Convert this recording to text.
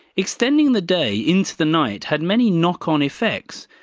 extending the day into the night had many knock-on effects,